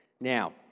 Now